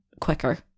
quicker